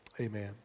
amen